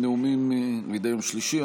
כמדי יום שלישי,